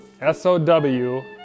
S-O-W